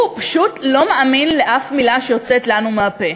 פשוט לא מאמין לאף מילה שיוצאת לנו מהפה.